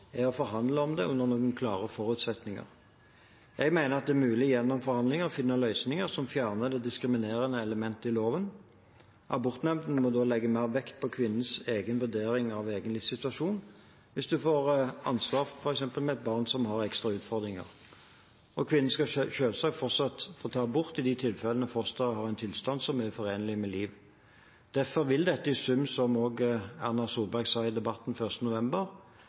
er å forhandle om det under noen klare forutsetninger. Jeg mener at det er mulig gjennom forhandlinger å finne løsninger som fjerner det diskriminerende elementet i loven. Abortnemndene må da legge mer vekt på kvinnens vurdering av egen livssituasjon, f.eks. hvis man får ansvar for et barn som har ekstra utfordringer, og kvinner skal selvsagt fortsatt få ta abort i de tilfellene fosteret har en tilstand som er uforenlig med liv. Derfor vil dette i sum, slik også Erna Solberg sa i Debatten 1. november,